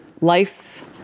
life